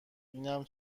اینم